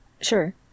Sure